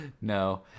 no